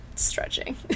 stretching